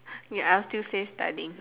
ya I will still say studying